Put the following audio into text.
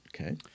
Okay